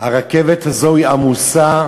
הרכבת הזו עמוסה.